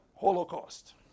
holocaust